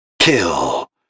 Kill